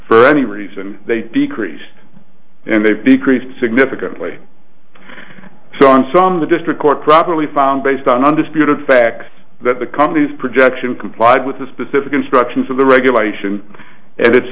for any reason they decreased and they decreased significantly so on some of the district court properly found based on undisputed facts that the company's projection complied with the specific instructions of the regulation and it